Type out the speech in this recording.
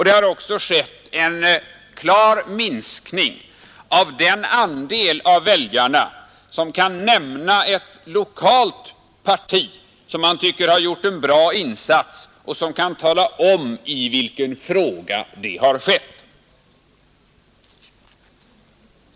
Det har också skett en klar minskning av den andel av väljarna som kan nämna ett lokalt parti vilket man tycker har gjort en bra insats och som kan tala om vilken fråga det har gällt.